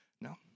No